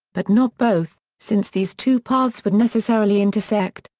but not both, since these two paths would necessarily intersect,